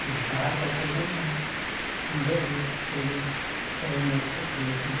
ᱰᱟᱦᱟᱨ ᱠᱚᱠᱚ ᱮᱱᱮᱡᱟ ᱩᱱ ᱡᱚᱦᱚᱜ ᱜᱮ ᱯᱳᱭᱞᱳ ᱥᱮᱨᱮᱧ ᱫᱚ ᱪᱮᱫ ᱦᱩᱭ ᱠᱟᱱᱟ